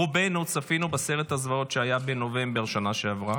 רובנו צפינו בסרט הזוועות שהיה בנובמבר בשנה שעברה.